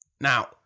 Now